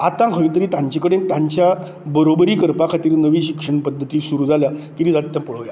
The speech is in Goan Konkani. आतां खंय तरी तांचे कडेन तांच्या बरोबरी करपा खातीर नवी शिक्षण पद्दती सुरू जाल्या कितें जाता ते पळोवया